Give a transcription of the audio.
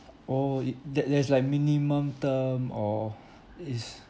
oh it that there's like minimum term or it's